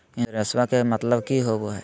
इंसोरेंसेबा के मतलब की होवे है?